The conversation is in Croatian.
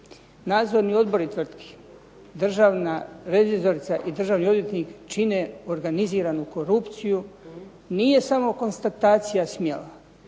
nadzorni odbori tvrtki, državna revizorica i državni odvjetnik čine organiziranu korupciju nije samo konstatacija smjela,